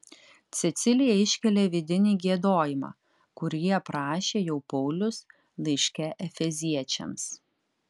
cecilija iškelia vidinį giedojimą kurį aprašė jau paulius laiške efeziečiams